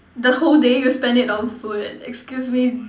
the whole day you spend it on food excuse me